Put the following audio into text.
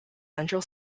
central